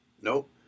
Nope